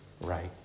right